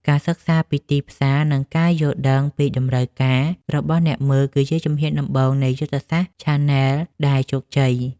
ការសិក្សាពីទីផ្សារ និងការយល់ដឹងពីតម្រូវការរបស់អ្នកមើល គឺជាជំហានដំបូងនៃយុទ្ធសាស្ត្រឆានែលដែលជោគជ័យ។